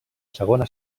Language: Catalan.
segona